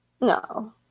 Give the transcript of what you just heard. no